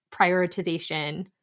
prioritization